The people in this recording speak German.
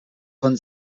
von